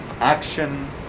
action